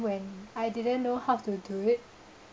when I didn't know how to do it